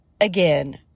again